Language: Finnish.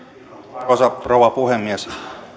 arvoisa rouva puhemies